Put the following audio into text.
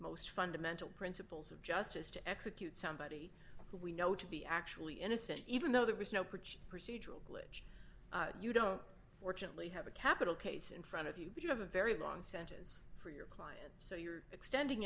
most fundamental principles of justice to execute somebody who we know to be actually innocent even though there was no preach procedural glitch you don't fortunately have a capital case in front of you but you have a very long sentence by an so you're extending